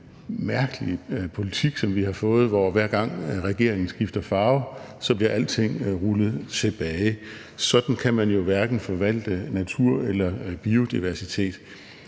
mærkelige politik, som vi har fået, hvor hver gang regeringen skifter farve, bliver alting rullet tilbage. Sådan kan man jo hverken forvalte natur eller biodiversitet.